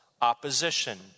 opposition